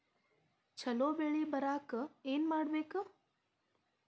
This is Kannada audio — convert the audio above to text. ಛಲೋ ಬೆಳಿ ಬರಾಕ ಏನ್ ಮಾಡ್ಬೇಕ್?